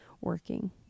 working